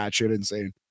insane